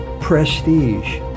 prestige